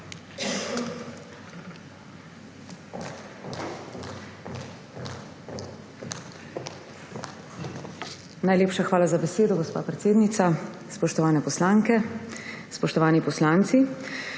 Najlepša hvala za besedo, gospa predsednica. Spoštovane poslanke, spoštovani poslanci!